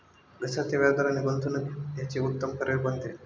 घसरते व्याजदर आणि गुंतवणूक याचे उत्तम पर्याय कोणते?